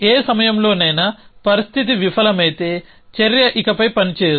ఏ సమయంలోనైనా పరిస్థితి విఫలమైతే చర్య ఇకపై పని చేయదు